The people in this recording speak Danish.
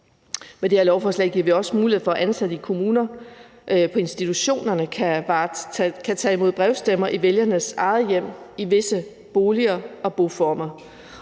Med det her lovforslag giver vi også mulighed for, at ansatte i kommuner og på institutioner kan tage imod brevstemmer i vælgernes eget hjem i visse boliger og boformer.